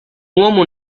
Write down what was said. uomo